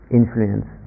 influence